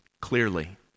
clearly